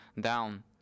down